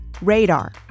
Radar